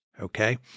okay